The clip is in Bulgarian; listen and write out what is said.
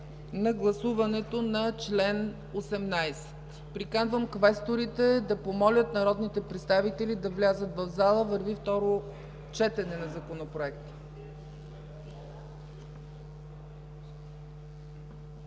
на гласуването на чл. 18. Приканвам квесторите да помолят народните представители да влязат в залата, върви второ четене на Законопроекта.